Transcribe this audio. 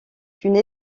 une